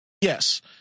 Yes